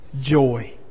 joy